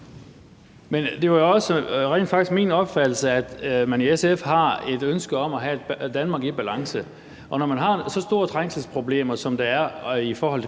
Det var jo rent faktisk også min opfattelse, at man i SF har et ønske om at have et Danmark i balance, og når der er så store trængselsproblemer, som der er i forhold til